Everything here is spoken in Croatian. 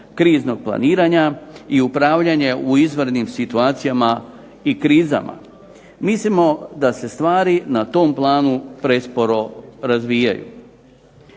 kriznog planiranja i upravljanje u izvanrednim situacijama i krizama. Mislimo da se stvari na tom planu presporo razvijaju.